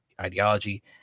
ideology